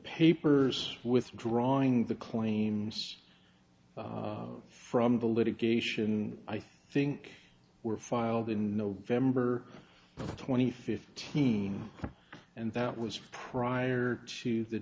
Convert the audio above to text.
papers withdrawing the claims from the litigation i think were filed in november twenty fifth teen and that was prior to the